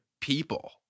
people